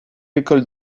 écoles